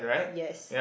yes